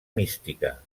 mística